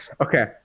okay